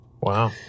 Wow